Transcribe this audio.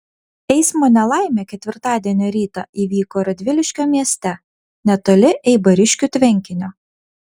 eismo nelaimė ketvirtadienio rytą įvyko radviliškio mieste netoli eibariškių tvenkinio